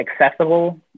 accessible